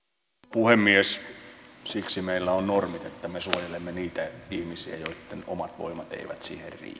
puhemies siksi meillä on normit että me suojelemme niitä ihmisiä joitten omat voimat eivät siihen riitä